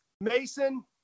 Mason